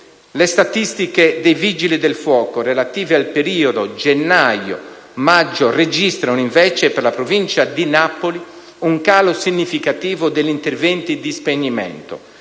Le statistiche dei Vigili del fuoco relative al periodo gennaio-maggio registrano, invece, per la provincia di Napoli, un calo significativo degli interventi di spegnimento,